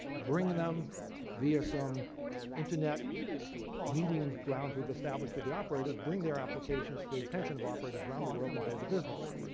bring them via some internet meeting grounds we've established with the operators, bring their applications to the attention of operators around the world, and build the business.